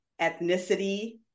ethnicity